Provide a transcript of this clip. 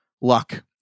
luck